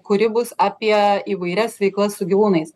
kuri bus apie įvairias veiklas su gyvūnais